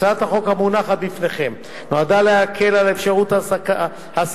הצעת החוק המונחת בפניכם נועדה להקל על אפשרות העסקתם